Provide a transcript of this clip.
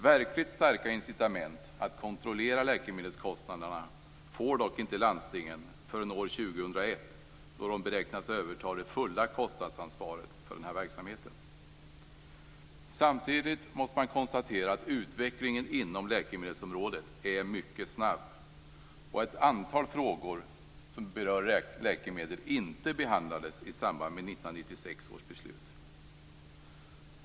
Verkligt starka incitament att kontrollera läkemedelskostnaderna får dock inte landstingen förrän år 2001, då de beräknas överta det fulla kostnadsansvaret för verksamheten. Samtidigt måste man konstatera att utvecklingen inom läkemedelsområdet är mycket snabb. Ett antal frågor som berör läkemedel behandlades inte i samband med 1996 års beslut.